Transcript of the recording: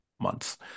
months